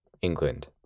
England